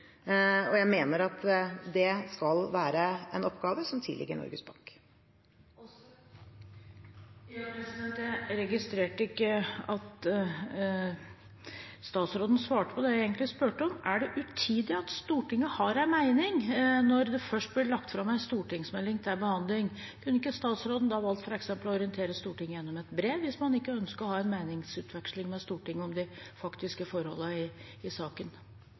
og jeg mener at det skal være en oppgave som tilligger Norges Bank. Jeg registrerte ikke at statsråden svarte på det jeg egentlig spurte om. Er det utidig at Stortinget har en mening når det først blir lagt fram en stortingsmelding til behandling? Kunne ikke statsråden da ha valgt f.eks. å orientere Stortinget gjennom et brev, hvis man ikke ønsket å ha en meningsutveksling med Stortinget om de faktiske forholdene i saken? Igjen: Jeg redegjorde i